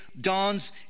dawns